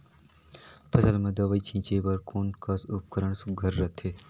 फसल म दव ई छीचे बर कोन कस उपकरण सुघ्घर रथे?